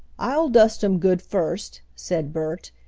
i'll dust him good first, said bert,